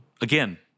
Again